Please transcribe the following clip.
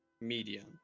medium